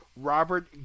robert